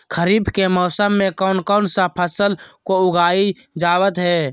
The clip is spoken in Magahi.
खरीफ के मौसम में कौन कौन सा फसल को उगाई जावत हैं?